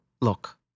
look